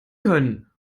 können